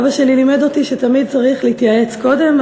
אבא שלי לימד אותי שתמיד צריך להתייעץ קודם,